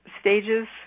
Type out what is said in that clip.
stages